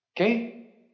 okay